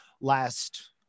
last